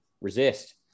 resist